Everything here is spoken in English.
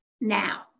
now